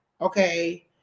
Okay